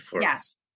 Yes